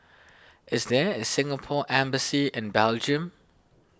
is there a Singapore Embassy in Belgium